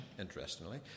interestingly